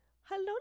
Hello